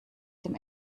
dem